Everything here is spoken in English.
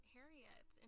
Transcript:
Harriet